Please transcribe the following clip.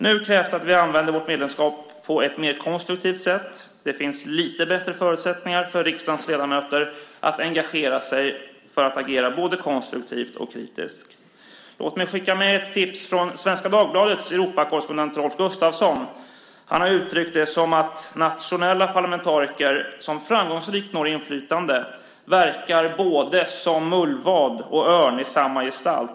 Nu krävs att vi använder vårt medlemskap på ett mer konstruktivt sätt. Det finns lite bättre förutsättningar för riksdagens ledamöter att engagera sig för att agera både konstruktivt och kritiskt. Låt mig skicka med ett tips från Svenska Dagbladets Europakorrespondent Rolf Gustavsson. Han har uttryckt det som att nationella parlamentariker som framgångsrikt når inflytande verkar både som mullvad och som örn i samma gestalt.